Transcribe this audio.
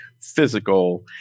physical